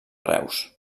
reus